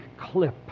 clip